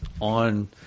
on